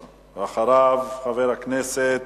אחריו, חבר הכנסת